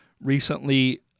recently